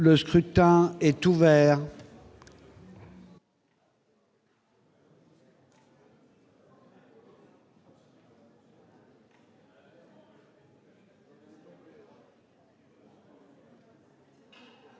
Le scrutin est ouvert.